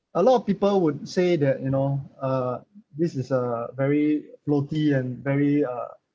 a lot of people would say that you know uh this is a very floaty and very uh